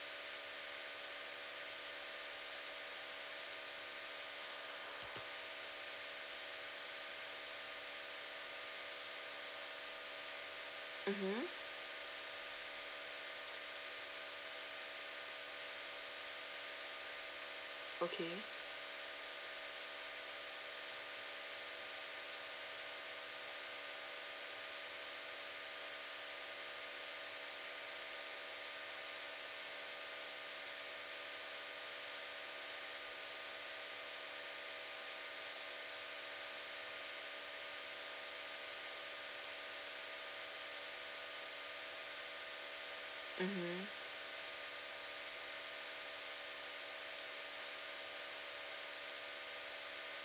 mmhmm okay mmhmm